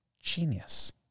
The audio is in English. genius